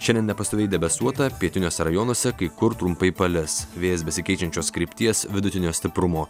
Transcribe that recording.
šiandien nepastoviai debesuota pietiniuose rajonuose kai kur trumpai palis vėjas besikeičiančios krypties vidutinio stiprumo